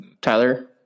Tyler